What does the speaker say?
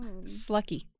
slucky